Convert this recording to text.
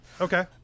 Okay